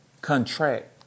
contract